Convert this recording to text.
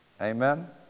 Amen